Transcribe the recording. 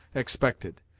expected,